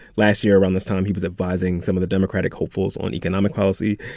last year around this time, he was advising some of the democratic hopefuls on economic policy.